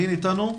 אלין איתנו?